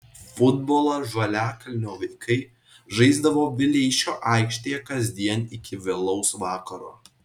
futbolą žaliakalnio vaikai žaisdavo vileišio aikštėje kasdien iki vėlaus vakaro